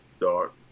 Dark